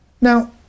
Now